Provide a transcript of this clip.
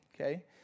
okay